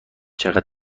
چقدر